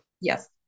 Yes